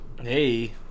Hey